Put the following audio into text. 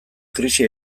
krisi